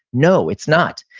no, it's not.